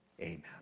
Amen